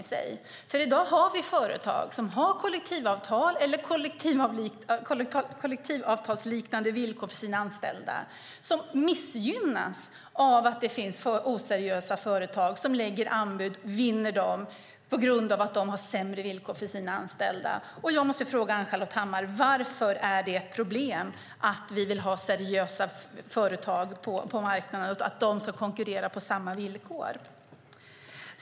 I dag har vi nämligen företag som har kollektivavtal eller kollektivavtalsliknande villkor för sina anställda som missgynnas av att det finns oseriösa företag som lägger anbud och vinner dem på grund av att de har sämre villkor för sina anställda. Varför, Ann-Charlotte Hammar Johnsson, är det ett problem att vi vill ha seriösa företag på marknaden och att de ska konkurrera på samma villkor?